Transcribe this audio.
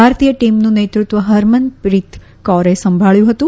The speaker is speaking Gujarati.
ભારતીય ટીમનું નેતૃત્વ ફરમનપ્રીત કૌરે સંભાબ્યું હતું